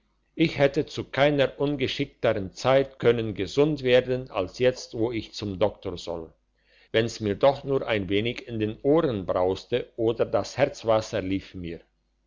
ich hätte zu keiner ungeschickteren zeit können gesund werden als jetzt wo ich zum doktor soll wenn's mir doch nur ein wenig in den ohren brauste oder das herzwasser lief mir